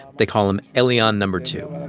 they call him elian number two